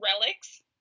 relics